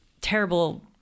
terrible